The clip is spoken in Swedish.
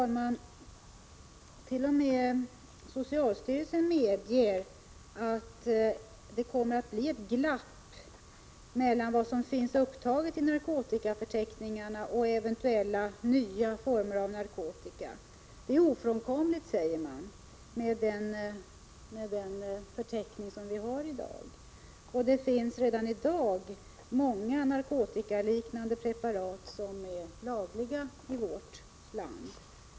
Herr talman! T. o. m. socialstyrelsen medger att det kommer att bli ett glapp mellan vad som finns upptaget i narkotikaförteckningarna och eventuellt nya former av narkotika. Det är ofrånkomligt, säger man, med den förteckning som vi har i dag. Det finns redan många narkotikaliknande preparat som är lagliga i vårt land.